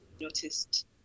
noticed